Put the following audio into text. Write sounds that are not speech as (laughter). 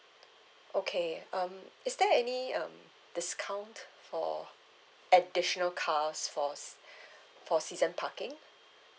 okay um is there any um discount for additional cars for sea~ (breath) for season parking